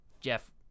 jeff